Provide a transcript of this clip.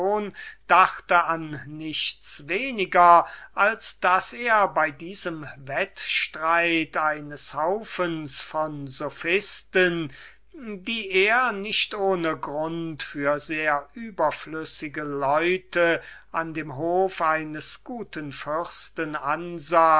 dachte an nichts weniger als daß er bei diesem wettstreit eines haufens von sophisten die er nicht ohne grund für sehr überflüssige leute an dem hofe eines guten